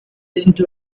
into